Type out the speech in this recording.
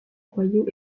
royaux